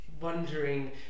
wondering